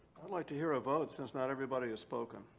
i'd like to hear a vote since not everybody has spoken.